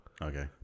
Okay